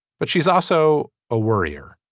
but she's also a worrier